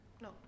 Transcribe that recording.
No